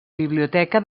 biblioteca